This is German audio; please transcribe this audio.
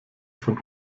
von